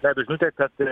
išleido žinutę kad